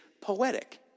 poetic